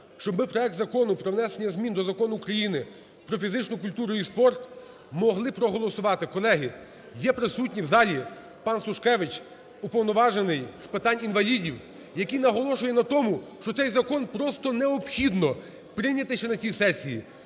щоб ми проект Закону про внесення змін до Закону України "Про фізичну культуру і спорт" могли проголосувати. Колеги, є присутній в залі пан Сушкевич, Уповноважений з питань інвалідів, який наголошує на тому, що цей закон просто необхідно прийняти ще на цій сесії.